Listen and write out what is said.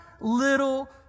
little